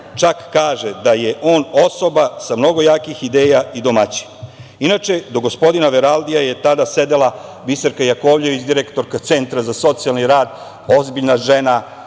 čak kaže da je on osoba sa mnogo jakih ideja i domaćin. Inače, do gospodina Veraldija je tada sedela Biserka Jakovljević, direktorka Centra za socijalni rad, ozbiljna žena,